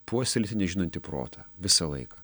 puoselėti nežinantį protą visą laiką